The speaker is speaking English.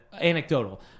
anecdotal